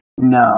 No